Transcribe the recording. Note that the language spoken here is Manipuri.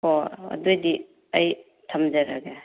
ꯑꯣ ꯑꯗꯣꯏꯗꯤ ꯑꯩ ꯊꯝꯖꯔꯒꯦ